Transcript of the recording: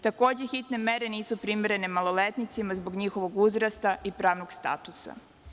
Takođe, hitne mere nisu primerene maloletnicima zbog njihovog uzrasta i pravnog statusa.